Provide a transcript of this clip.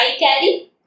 iCarry